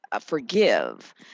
forgive